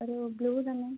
ഒരു ബ്ലൂ തന്നെ